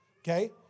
okay